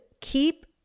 keep